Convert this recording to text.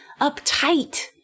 uptight